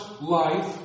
life